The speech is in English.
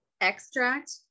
extract